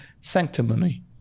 sanctimony